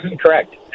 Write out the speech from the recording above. Correct